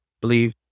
believe